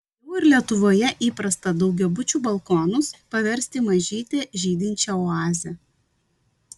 jau ir lietuvoje įprasta daugiabučių balkonus paversti mažyte žydinčia oaze